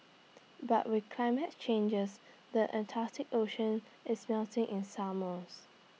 but with climate changes the Arctic ocean is melting in summers